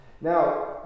Now